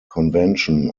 convention